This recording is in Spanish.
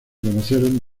conocieron